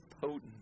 potent